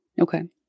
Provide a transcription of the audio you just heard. Okay